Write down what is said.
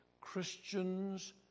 Christians